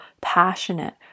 passionate